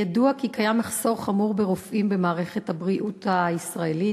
ידוע כי קיים מחסור חמור ברופאים במערכת הבריאות הישראלית.